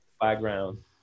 background